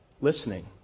listening